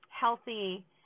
healthy